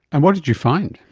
and what did you find?